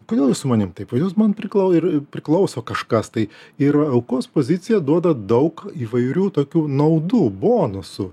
kodėl su jūs manim taip o jūs man priklau priklauso kažkas tai yra aukos pozicija duoda daug įvairių tokių naudų bonusų